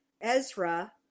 Ezra